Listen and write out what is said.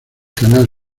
canal